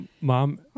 mom